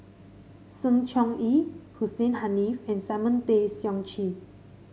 Sng Choon Yee Hussein Haniff and Simon Tay Seong Chee